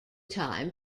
time